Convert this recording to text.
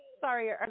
Sorry